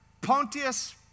Pontius